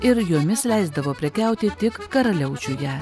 ir jomis leisdavo prekiauti tik karaliaučiuje